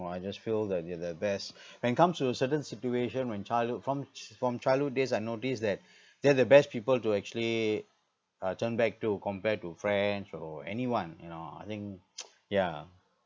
I just feel that they are the best when it comes to a certain situation when childhood fr~ from chi~ from childhood days I notice that they are the best people to actually uh turn back to compared to friends or anyone you know I think yeah